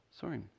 sorry